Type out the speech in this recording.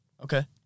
Okay